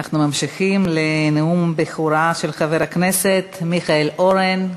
אנחנו ממשיכים לנאום הבכורה של חבר הכנסת מיכאל אורן.